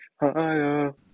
higher